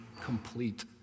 complete